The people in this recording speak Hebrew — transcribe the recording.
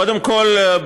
קודם כול,